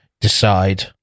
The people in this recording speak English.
decide